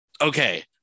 okay